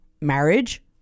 marriage